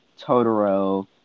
Totoro